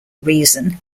reason